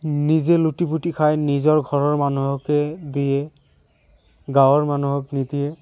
নিজে লুটি পুতি খাই নিজৰ ঘৰৰ মানুহকহে দিয়ে গাঁৱৰ মানুহক নিদিয়ে